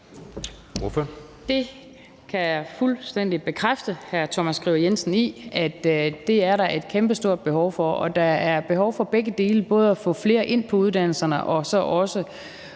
Skriver Jensen i, altså at det er der et kæmpestort behov for, og der er behov for begge dele, både at få flere ind på uddannelserne og så også